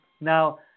Now